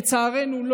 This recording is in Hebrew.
לצערנו,